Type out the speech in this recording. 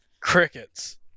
Crickets